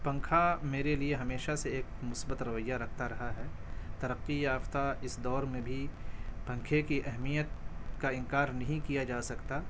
پنکھا میرے لیے ہمیشہ سے ایک مثبت رویہ رکھتا رہا ہے ترقی یافتہ اس دور میں بھی پنکھے کی اہمیت کا انکار نہیں کیا جا سکتا